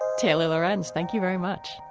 taylor larenz, thank you very much.